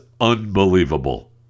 unbelievable